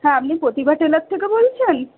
হ্যাঁ আপনি প্রতিভা টেলার থেকে বলছেন